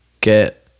get